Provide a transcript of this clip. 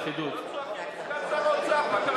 באמצעות מיקוד ישיר,